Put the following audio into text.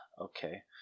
Okay